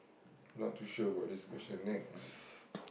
not too sure about this question next